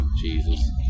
jesus